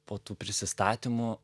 po tų prisistatymų